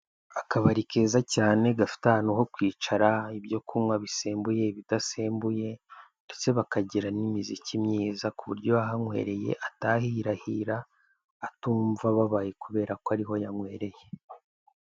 Akabari keza cyane gafite ahantu ho kwicara ibyo kunywa bisembuye ibidasembuye, ndetse bakagira n'imiziki myiza kuburyo uwahanywereye ataha ahirahira atumva ababaye kubera ko ariho yanywereye.